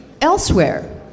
elsewhere